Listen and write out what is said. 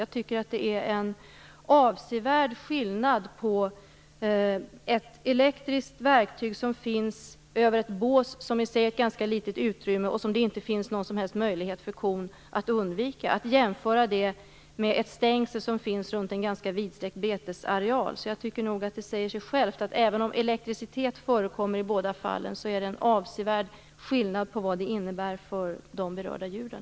Jag tycker inte att man kan jämföra ett elektriskt verktyg som finns över ett bås - i sig ett ganska litet utrymme - och som det inte finns någon som helst möjlighet för kon att undvika med ett stängsel som finns runt en ganska vidsträckt betesareal. Jag tycker nog att det säger sig självt att även om elektricitet förekommer i båda fallen är det en avsevärd skillnad på vad det innebär för de berörda djuren.